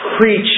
preach